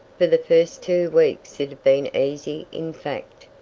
for the first two weeks it had been easy in fact,